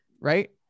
right